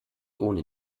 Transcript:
ohne